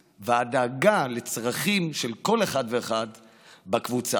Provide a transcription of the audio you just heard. והדאגה לצרכים של כל אחד ואחד בקבוצה,